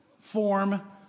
form